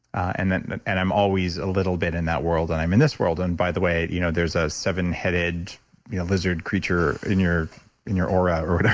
and and i'm always a little bit in that world and i'm in this world. and by the way, you know there's a seven headed lizard creature in your in your aura or